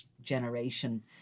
generation